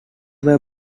were